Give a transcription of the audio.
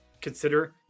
consider